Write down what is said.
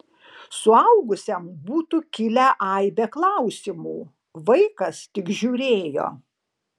suaugusiam būtų kilę aibė klausimų vaikas tik žiūrėjo